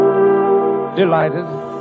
Delighted